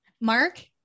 Mark